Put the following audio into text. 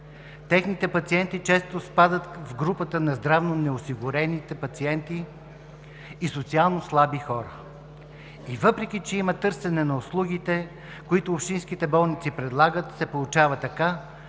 Техните пациенти често спадат в групата на здравно неосигурените пациенти и социално слаби хора. И въпреки че има търсене на услугите, които общинските болници предлагат, се получава така,